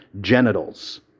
genitals